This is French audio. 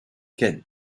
kent